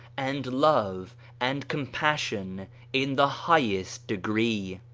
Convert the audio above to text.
and love and com passion in the highest degree.